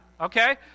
Okay